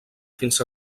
fins